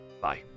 Bye